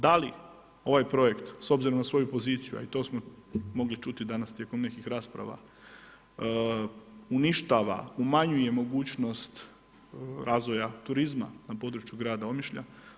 Da li ovaj projekt s obzirom na svoju poziciju, a i to smo mogli čuti danas tijekom nekih rasprava, uništava, umanjuje mogućnost razvoja turizma na području grada Omišlja?